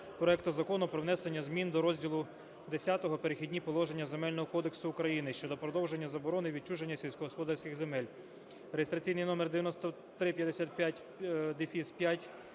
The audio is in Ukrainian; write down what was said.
проекту Закону про внесення змін до розділу Х "Перехідні положення" Земельного кодексу України щодо продовження заборони відчуження сільськогосподарських земель (реєстраційний номер 9355-5